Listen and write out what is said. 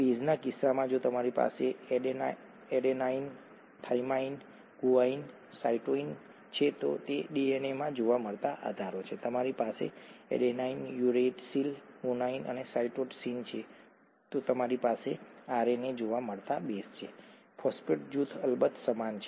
બેઝના કિસ્સામાં જો તમારી પાસે એડેનાઇન થાઇમાઇન ગુઆનિન સાઇટોસિન છે તે ડીએનએમાં જોવા મળતા આધારો છે તમારી પાસે એડેનાઇન યુરેસિલ ગુઆનિન સાઇટોસિન છે તો તમારી પાસે આરએનએમાં જોવા મળતા બેઝ છે ફોસ્ફેટ જૂથ અલબત્ત સમાન છે